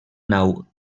nau